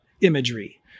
imagery